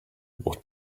what